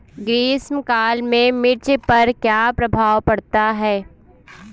ग्रीष्म काल में मिर्च पर क्या प्रभाव पड़ता है?